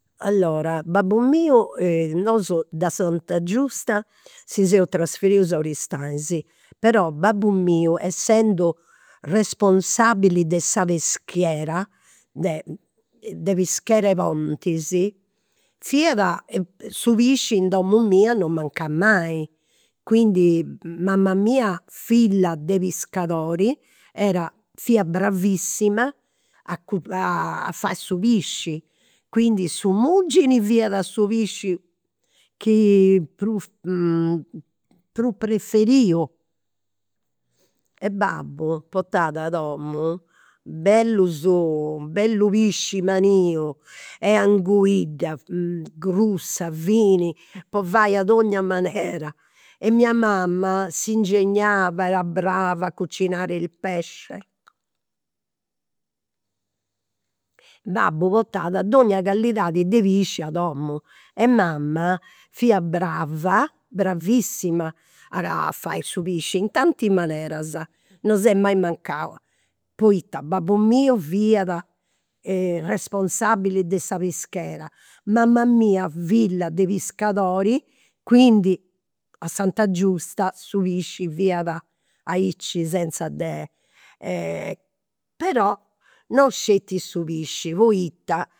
Allora babbu miu, nosu da Santa Giusta si seus trasferius a Aristanis. Però babbu miu, essendu responsabili de sa peschiera de de pischera 'e pontis, fiat su pisci in domu mia non mancat mai. Mama mia, filla de piscadori, era fiat bravissima a fai su pisci, quindi su muggini fiat su pisci chi prus prus preferiu. E babbu portat a domu bellus, bellu pisci maniu e anguidda grussa e fini, po fai a donnia manera. E mia mamma s'ingegnava era brava a cucinare il pesce. Babbu portat donnia calidadi de pisci a domu e mama fia brava, bravissima a fai su pisci in tanti, non s'est mai mancau. Poita babbu miu fiat responsabili de sa pischera, mama mia filla de piscadori, quindi a Santa Giusta su pisci fiat aici, senza de. Però non sceti su pisci poita